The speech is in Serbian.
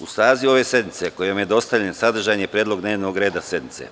Uz saziv ove sednice koji vam je dostavljen sadržan je Predlog dnevnog reda sednice.